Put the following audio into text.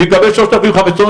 והיא מקבלת שלושת אלפים חמש מאות.